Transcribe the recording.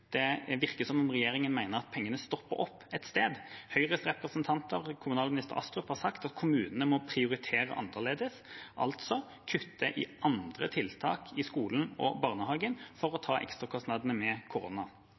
Det virker som om regjeringen mener at pengene stopper opp et sted. Høyres representanter og kommunalminister Astrup har sagt at kommunene må prioritere annerledes, altså kutte i andre tiltak i skolen og barnehagen for å ta ekstrakostnadene med